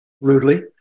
rudely